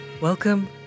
welcome